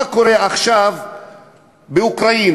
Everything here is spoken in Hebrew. מה קורה עכשיו באוקראינה?